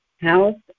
house